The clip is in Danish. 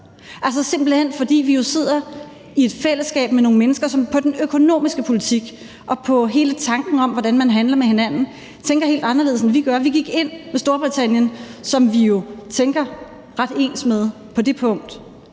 det er simpelt hen, fordi vi sidder i et fællesskab med nogle mennesker, som tænker helt anderledes om den økonomiske politik og om, hvordan man handler med hinanden, end vi gør. Vi gik ind med Storbritannien, som vi jo tænker ret ens med på det punkt,